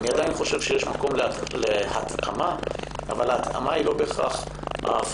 אני עדיין חושב שיש מקום להתאמה אך לא בהכרח הפרדה.